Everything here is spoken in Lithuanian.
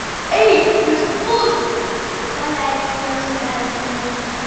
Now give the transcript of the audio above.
ei jūs pūzrai ir paleido į juos veltinį